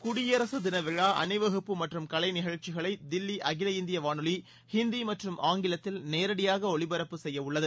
குடியரசு தின விழா அணிவகுப்பு மற்றும் கலை நிகழ்ச்சிகளை தில்லி அகில இந்திய வானொலி ஹிந்தி மற்றும் ஆங்கிலத்தில் நேரடியாக ஒலிபரப்பு செய்யவுள்ளது